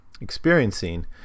experiencing